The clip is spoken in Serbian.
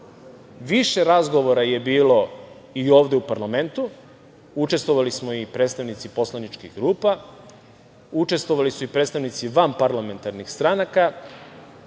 Više razgovora je bilo i ovde u parlamentu. Učestvovali smo i predstavnici poslaničkih grupa, učestvovali su i predstavnici vanparlamentarnih stranaka.